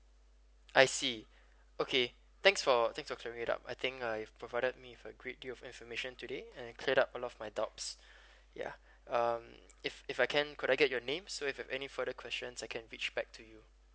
I see okay thanks for thanks for queried up I think I've provided me with a great deal of information today and cleared up a lot of my doubts ya um if if I can could I get your name so if I've any further question I can reach back to you